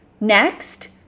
Next